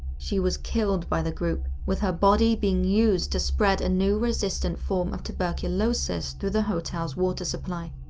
she was killed by the group, with her body being used to spread a new resistant form of tuberculosis through the hotel's water supply.